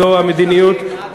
זו המדיניות.